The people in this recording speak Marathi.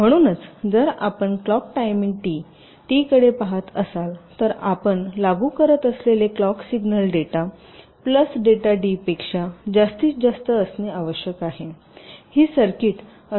म्हणूनच जर आपण क्लॉक टायमिंग टी टीकडे पाहत असाल तर आपण लागू करत असलेले clock signal delta plus delta डीपेक्षा जास्तीत जास्त असणे आवश्यक आहे ही सर्किट अशी हार्ड टायमिंग असेल